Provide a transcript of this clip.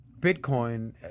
Bitcoin